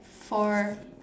for